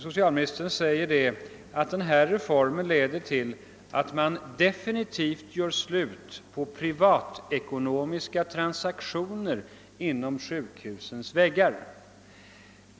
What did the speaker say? Socialministern sade nämligen, att denna reform leder till att man definitivt gör slut på privatekonomiska transaktioner inom sjukhusens väggar.